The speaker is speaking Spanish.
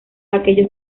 aquellos